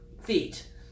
feet